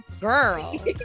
girl